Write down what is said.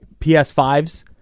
PS5s